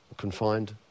confined